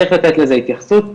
צריך לתת לזה התייחסות,